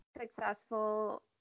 successful